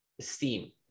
esteem